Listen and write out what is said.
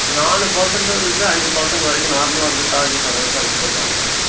நாலு பேர்சன்ட்டுலேந்து அஞ்சு பேர்சன்ட்டு வரைக்கும் நார்மலாக வந்து சார்ஜஸ் அதான் சார் இது பண்ணுறாங்க